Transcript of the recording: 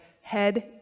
head